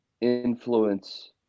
influence